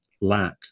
lack